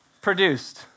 produced